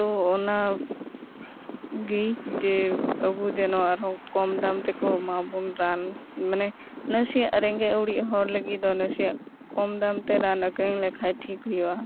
ᱛᱚ ᱚᱱᱟ ᱜᱮ ᱡᱮ ᱟᱵᱚ ᱡᱮᱱᱚ ᱟᱨᱦᱚᱸ ᱠᱚᱢ ᱫᱟᱢ ᱛᱮᱠᱚ ᱮᱢᱟᱵᱚᱱ ᱨᱟᱱ ᱢᱟᱱᱮ ᱱᱟᱥᱮᱭᱟᱜ ᱨᱮᱸᱜᱮᱡ ᱚᱨᱮᱡᱽ ᱦᱚᱲ ᱞᱟᱹᱜᱤᱫ ᱫᱚ ᱱᱟᱥᱮᱭᱟᱜ ᱠᱚᱢ ᱫᱟᱢ ᱛᱮ ᱨᱟᱱ ᱟᱹᱠᱷᱟᱨᱤᱧ ᱞᱮᱠᱷᱟᱱ ᱴᱷᱤᱠ ᱦᱩᱭᱩᱜᱼᱟ